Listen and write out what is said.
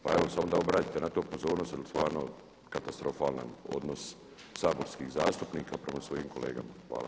Pa evo samo da obratite na to pozornost jer stvarno katastrofalan odnos saborskih zastupnika prema svojim kolegama.